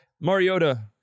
Mariota